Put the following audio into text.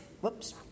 whoops